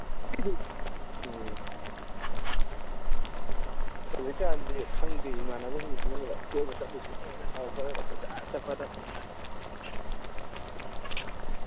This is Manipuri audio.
ꯎꯝ ꯍꯧꯖꯤꯛꯀꯥꯟꯁꯤ ꯈꯪꯗꯦ ꯏꯃꯥꯟꯅꯕꯁꯤꯡꯁꯤꯅ ꯀꯣꯏꯕ ꯆꯠꯂꯨꯁꯦꯅ ꯍꯧꯔꯛꯄꯗꯇ ꯀꯣꯏꯆꯠ ꯆꯠꯄꯗ